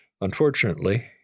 unfortunately